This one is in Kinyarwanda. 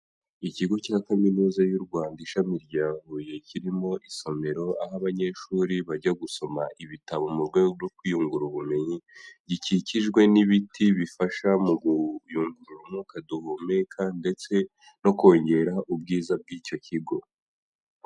Ikigo cya kaminuza y'u Rwanda ishami rya Huye kirimo isomero, aho abanyeshuri bajya gusoma ibitabo mu rwego rwo kwiyungura ubumenyi, gikikijwe n'ibiti bifasha mu kuyungurura umwuka duhumeka, ndetse no kongera ubwiza bw'icyo kigo.